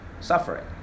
suffering